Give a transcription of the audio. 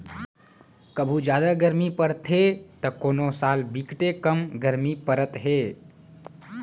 कभू जादा गरमी परथे त कोनो साल बिकटे कम गरमी परत हे